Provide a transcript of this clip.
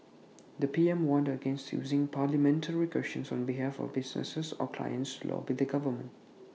the P M warned against using parliamentary questions on behalf of businesses or clients to lobby the government